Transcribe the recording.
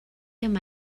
yma